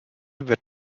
wird